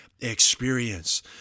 experience